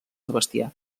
sebastià